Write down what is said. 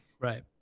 right